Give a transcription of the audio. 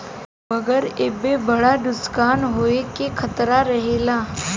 मगर एईमे बड़ा नुकसान होवे के खतरा रहेला